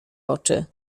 oczy